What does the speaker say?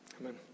Amen